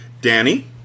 Danny